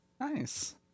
Nice